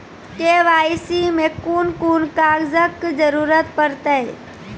KYC मे कून कून कागजक जरूरत परतै?